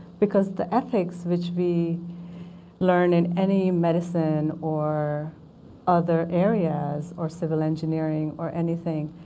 because the ethics which we learn in any medicine or other areas or civil engineering or anything,